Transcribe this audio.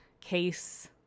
case